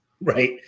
Right